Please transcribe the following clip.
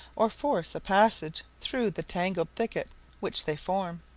or force a passage through the tangled thicket which they form.